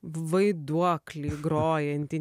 vaiduoklį grojantį